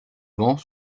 vent